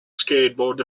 skateboard